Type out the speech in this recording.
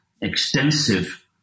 extensive